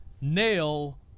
nail